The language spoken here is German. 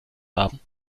haben